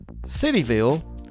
Cityville